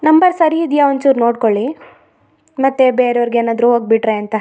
number ಸರಿ ಇದೆಯ ಒಂಚೂರು ನೋಡ್ಕೊಳ್ಳಿ ಮತ್ತೆ ಬೇರೆಯವರಿಗೆ ಏನಾದರು ಹೋಗ್ಬಿಟ್ರೆ ಅಂತ ಹ್ಹ ಹ್ಹ ಹ್ಹ